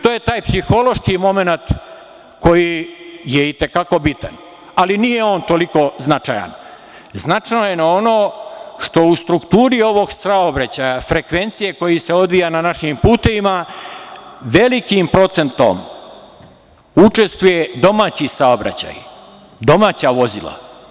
To je taj psihološki momenat koji je i te kako bitan, ali nije on toliko značajan, značajno je ono što u strukturi ovog saobraćaja, frekvencije koji se odvija na našim putevima, velikim procentom učestvuje domaći saobraćaj, domaća vozila.